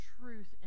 truth